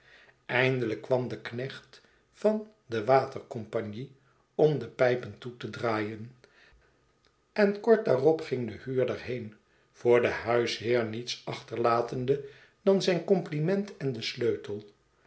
eindelijk kwam de knecht van de water compagnie om de pijpen toe te draaien en kort daarop ging de huurder heen voor den huisheer niets achterlatende dan zijn compliment en den sleutel